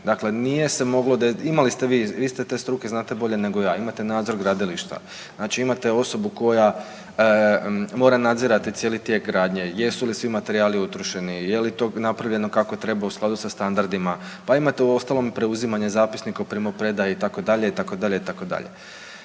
Dakle, nije se moglo, imali ste vi, vi ste te struke, znate bolje nego ja, imate nadzor gradilišta, znači imate osobu koja mora nadzirati cijeli tijek radnje, jesu li svi materijali utrošeni, je li to napravljeno kako treba u skladu sa standardima, pa imate uostalom preuzimanje zapisnika o primopredaji, itd., itd., itd.